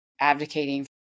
advocating